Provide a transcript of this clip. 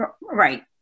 Right